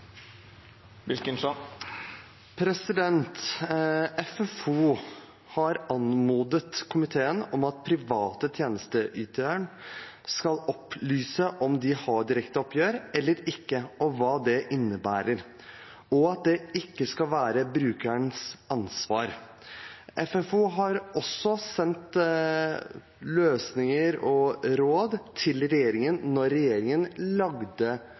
FFO, har anmodet komiteen om at private tjenesteytere skal opplyse om de har direkte oppgjør eller ikke, og hva det innebærer, og at det ikke skal være brukerens ansvar. FFO sendte også løsninger og råd til regjeringen da regjeringen